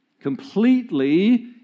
Completely